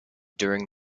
during